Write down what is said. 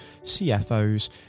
CFOs